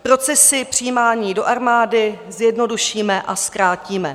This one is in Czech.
Procesy přijímání do armády zjednodušíme a zkrátíme.